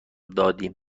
دادیم